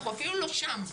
אנחנו אפילו לא שם.